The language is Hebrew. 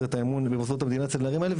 את האמון במוסדות המדינה לנערים האלה,